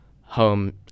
home